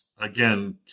Again